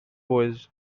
ways